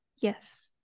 yes